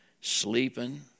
sleeping